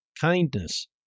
kindness